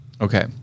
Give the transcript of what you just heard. Okay